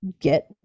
get